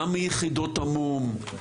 גם מיחידות המו"מ,